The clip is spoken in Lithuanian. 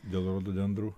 dėl rododendrų